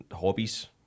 Hobbies